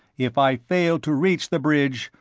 if i fail to reach the bridge,